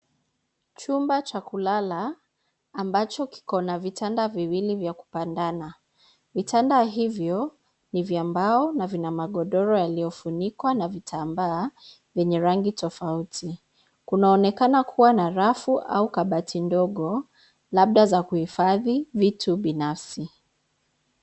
Chumba cha kulala ambacho kiko na vitanda viwili vya kupandana. Vitanda hivyo ni vya mbao na vina magodoro yaliyofunikwa na vitambaa vyenye rangi tofauti. Kunaonekana kuwa na rafu au kabati ndogo, labda za kuhifadhi vitu binafsi.